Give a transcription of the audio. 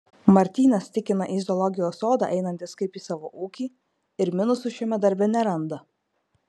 martynas tikina į zoologijos sodą einantis kaip į savo ūkį ir minusų šiame darbe neranda